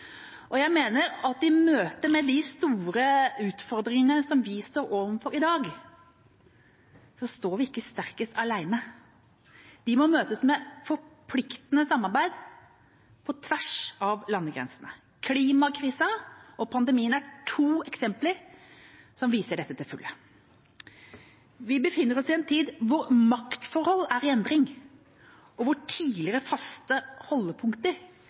Jeg mener at i møtet med de store utfordringene vi står overfor i dag, står vi ikke sterkest alene. De må møtes med forpliktende samarbeid på tvers av landegrensene. Klimakrisen og pandemien er to eksempler som viser dette til fulle. Vi befinner oss i en tid hvor maktforhold er i endring, og hvor tidligere faste holdepunkter